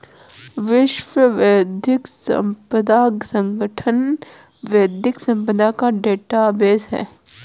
विश्व बौद्धिक संपदा संगठन बौद्धिक संपदा का डेटाबेस है